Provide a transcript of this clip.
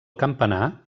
campanar